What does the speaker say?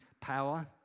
power